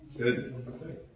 Good